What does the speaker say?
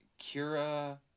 Kira